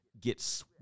get